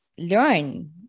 learn